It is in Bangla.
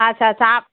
আচ্ছা আচ্ছা